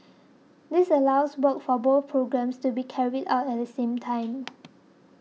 this allows works for both programmes to be carried out at the same time